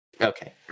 Okay